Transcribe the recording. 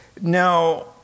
Now